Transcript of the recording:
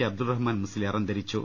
അബ്ദുൽ റഹ്മാൻ മുസ്ലിയാർ അന്തരിച്ചു